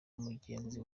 mugenzi